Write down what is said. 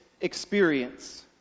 experience